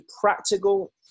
practical